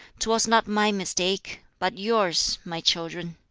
twas not my mistake, but yours, my children.